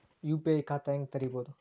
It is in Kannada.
ಯು.ಪಿ.ಐ ಖಾತಾ ಹೆಂಗ್ ತೆರೇಬೋದು?